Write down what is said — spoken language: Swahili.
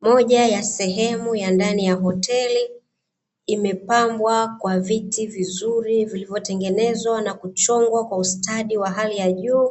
Moja ya sehemu ya ndani ya hoteli imepambwa kwa viti vizuri vilivyo tengenezwa na kuchongwa kwa ustadi wa hali ya juu,